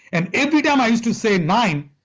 and every time i used to say nine,